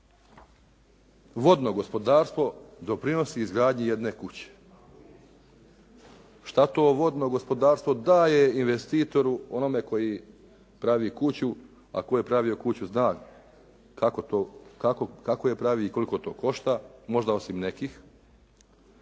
vodno gospodarstvo doprinosi izgradnji jedne kuće? Šta to vodno gospodarstvo daje investitoru onome koji pravi kuću, a tko je pravio kuću zna kako je pravi i koliko to košta, možda osim nekih.